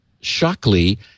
Shockley